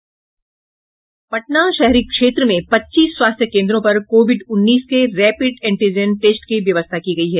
पटना शहरी क्षेत्र में पच्चीस स्वास्थ्य केंद्रों पर कोविड उन्नीस के रैपिड एंटीजन टेस्ट की व्यवस्था की गयी है